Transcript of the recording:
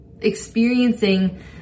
experiencing